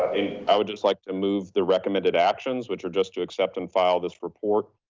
i would just like to move the recommended actions which are just to accept and file this report,